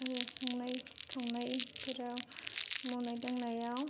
आरो संनाय खावनायफोराव मावनाय दांनायाव